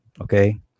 okay